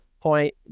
point